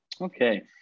Okay